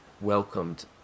welcomed